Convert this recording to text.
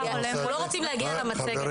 אתה צודק מאוד.